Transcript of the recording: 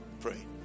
Pray